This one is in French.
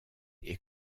est